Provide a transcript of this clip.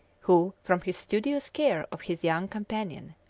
who, from his studious care of his young companion,